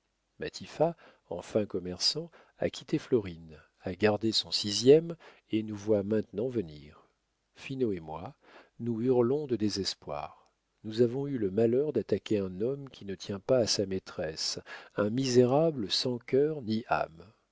en fin commerçant a quitté florine a gardé son sixième et nous voit maintenant venir finot et moi nous hurlons de désespoir nous avons eu le malheur d'attaquer un homme qui ne tient pas à sa maîtresse un misérable sans cœur ni âme